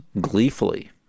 gleefully